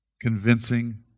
convincing